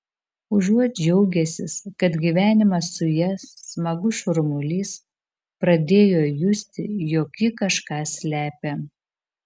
užuot džiaugęsis kad gyvenimas su ja smagus šurmulys pradėjo justi jog ji kažką slepia